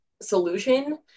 solution